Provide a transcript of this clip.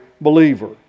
believer